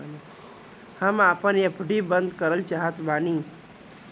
हम आपन एफ.डी बंद करल चाहत बानी